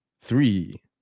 three